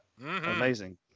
Amazing